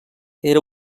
era